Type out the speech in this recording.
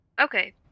Okay